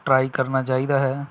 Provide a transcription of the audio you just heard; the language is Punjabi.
ਟਰਾਈ ਕਰਨਾ ਚਾਹੀਦਾ ਹੈ